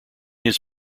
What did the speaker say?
his